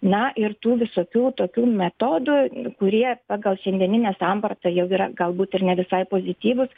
na ir tų visokių tokių metodų kurie pagal šiandieninę sampratą jau yra galbūt ir ne visai pozityvūs